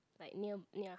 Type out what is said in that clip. like near near a